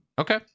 Okay